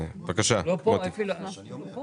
עברתי את כל המאבקים שיכולים להיות.